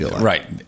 Right